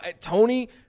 Tony